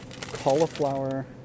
Cauliflower